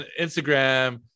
Instagram